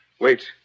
Wait